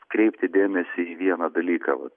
atkreipti dėmesį į vieną dalyką